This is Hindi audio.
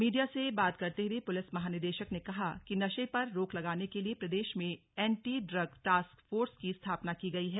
मीडिया से बात करते हुए पुलिस महानिदेशक ने कहा कि नशे पर रोक लगाने के लिए प्रदेश में एंटी ड्रग्स टास्क फोर्स की स्थापना की गयी है